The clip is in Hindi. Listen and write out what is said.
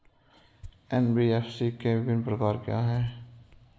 एन.बी.एफ.सी के विभिन्न प्रकार क्या हैं?